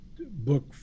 book